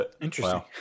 Interesting